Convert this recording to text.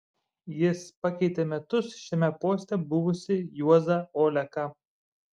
jis pakeitė metus šiame poste buvusį juozą oleką